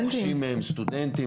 סטודנטים,